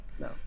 No